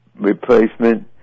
replacement